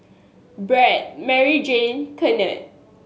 Brad Maryjane Kennard